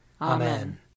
Amen